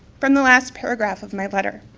from the last paragraph of my letter,